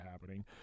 happening